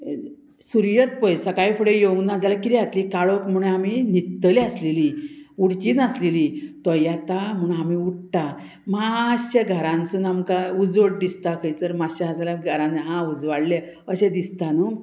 सुर्यत पळय सकाळी फुडें येवंक ना जाल्यार कितें जातली काळोख म्हूण आमी न्हिदतलें आसलेली उठची नासलेली तो येता म्हूण आमी उठटा मातशे घरानसून आमकां उजोड दिसता खंयसर मातशें आसा जाल्यार घरान हांव उजवाडलें अशें दिसता न्हू